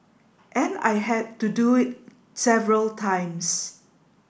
and I had to do it several times